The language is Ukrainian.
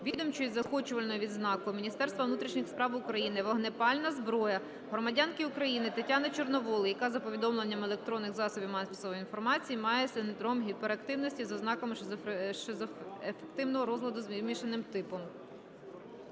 відомчою заохочувальною відзнакою Міністерства внутрішніх справ України "Вогнепальна зброя" громадянки України Тетяни Чорновол, яка, за повідомленням електронних засобів масової інформації, має синдром гіперактивності з ознаками шизоафективного розладу за змішаним типом.